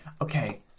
okay